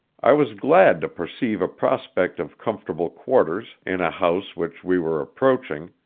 i was glad to perceive a prospect of comfortable quarters in a house which we were approaching,